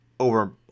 Over